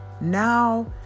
now